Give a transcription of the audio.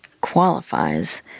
qualifies